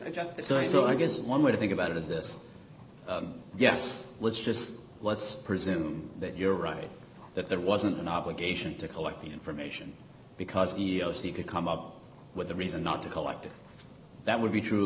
story so i guess one way to think about it is this yes let's just let's presume that you're right that there wasn't an obligation to collect the information because ios he could come up with a reason not to collect it that would be true